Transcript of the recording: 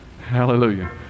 Hallelujah